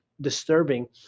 disturbing